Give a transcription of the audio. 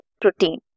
protein